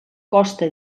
costa